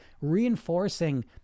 reinforcing